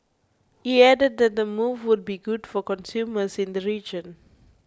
he added that the move will be good for consumers in the region